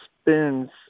spins